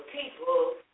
people